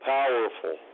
powerful